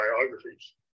biographies